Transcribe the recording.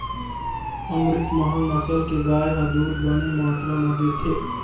अमरितमहल नसल के गाय ह दूद बने मातरा म देथे